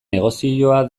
negozioa